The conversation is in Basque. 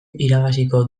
irabaziko